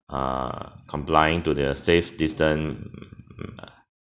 err complying to the safe distance mm